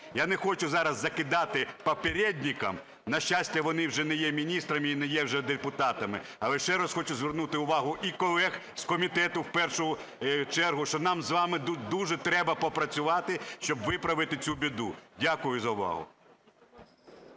Я не хочу зараз закидати "папередникам", на щастя, вони вже не є міністрами і не є вже депутатами, але ще раз хочу звернути увагу і колег з комітету в першу чергу, що нам з вами дуже треба попрацювати, щоб виправити цю біду. Дякую за увагу.